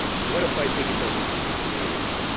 what if i think it doesn't come under b at all?